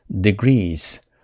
degrees